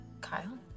Kyle